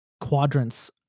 quadrants